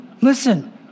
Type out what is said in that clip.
Listen